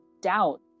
doubt